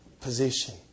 position